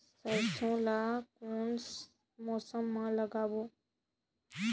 सरसो ला कोन मौसम मा लागबो?